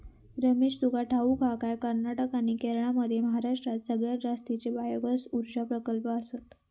रमेश, तुका ठाऊक हा काय, कर्नाटक आणि केरळमध्ये महाराष्ट्रात सगळ्यात जास्तीचे बायोगॅस ऊर्जा प्रकल्प आसत